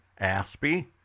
Aspie